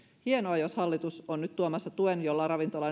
hienoa jos hallitus on nyt tuomassa tuen jolla ravintola